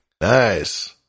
Nice